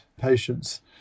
patients